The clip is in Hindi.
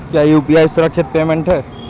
क्या यू.पी.आई पेमेंट सुरक्षित है?